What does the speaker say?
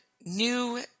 new